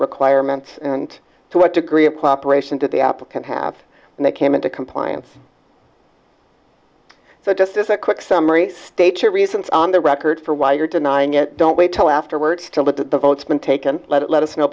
requirements and to what degree of cooperation to the applicant have and they came into compliance so just as a quick summary state your reasons on the record for why you're denying it don't wait till afterwards to look at the votes been taken let let us know